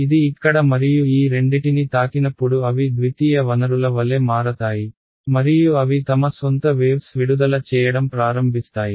ఇది ఇక్కడ మరియు ఈ రెండిటిని తాకినప్పుడు అవి ద్వితీయ వనరుల వలె మారతాయి మరియు అవి తమ సొంత వేవ్స్ విడుదల చేయడం ప్రారంభిస్తాయి